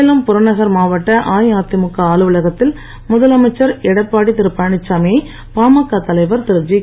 சேலம் புறநகர் மாவட்ட அஇஅதிமுக அலுவலகத்தில் முதலமைச்சர் எடப்பாடி திரு பழனிசாமியை பாமக தலைவர் திரு ஜி